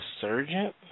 surgeon